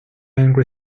angry